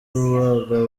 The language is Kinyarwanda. kubaga